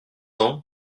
ans